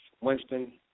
Winston